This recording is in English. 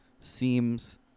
seems